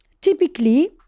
typically